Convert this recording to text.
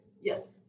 yes